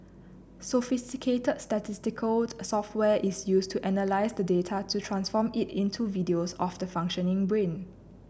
sophisticated statistical software is used to analyse the data to transform it into videos of the functioning brain